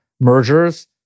mergers